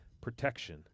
protection